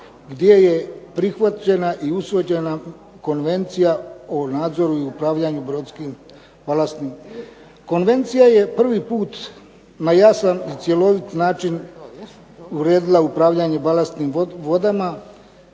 gdje je prihvaćena i usvojena Konvencija o nadzoru i upravljanju brodskim balastnim vodama. Konvencija je prvi puta na jasan i cjelovit način uredila upravljanje balastnim vodama